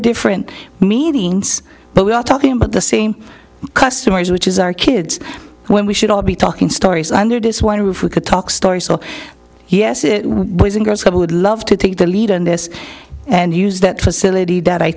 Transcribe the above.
different meetings but we are talking about the same customers which is our kids when we should all be talking stories under this one roof we could talk story so yes it was in those i would love to take the lead on this and use that